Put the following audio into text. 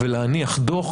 ולהניח דוח